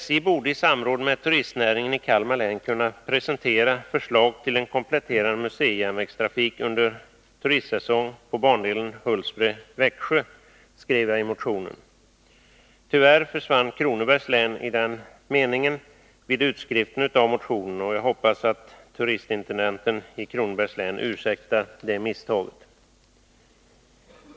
”SJ borde i samråd med turistnäringen i Kalmar län kunna presentera förslag till en kompletterande museijärnvägstrafik under turistsäsong på bandelen Hultsfred-Växjö”, skrev jag i motionen. Tyvärr försvann vid utskriften av motionen ”Kronobergs län” i denna mening. Jag hoppas att turistintendenten i Kronobergs län ursäktar detta misstag.